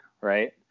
right